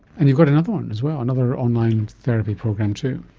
and you've got another one as well, another online therapy program too.